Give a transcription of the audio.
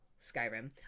Skyrim